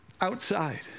outside